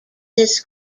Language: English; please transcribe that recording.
this